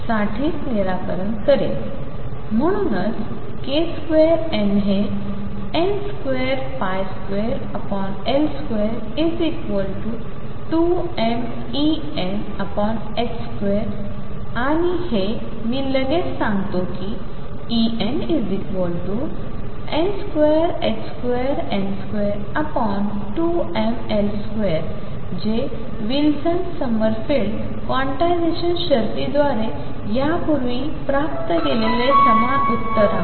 साठीच निराकरण करेल म्हणूनच kn2 हे n22L2 2mEn2 आणि हे मी लगेच सांगतो की Enn2222mL2 जे विल्सन समरफिल्ड क्वान्टिझेशन शर्तीद्वारे यापूर्वी प्राप्त केलेले समान उत्तर आहे